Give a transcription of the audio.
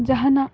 ᱡᱟᱦᱟᱱᱟᱜ